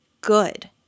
good